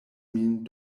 min